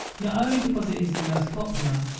not only because it is the most popular,